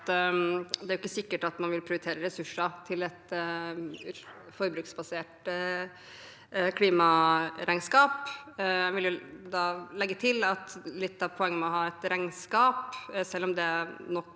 at det ikke er sikkert at man vil prioritere ressurser til et for bruksbasert klimaregnskap. Jeg vil da legge til at litt av poenget med å ha et regnskap – selv om det nok